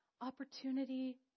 opportunity